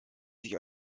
sich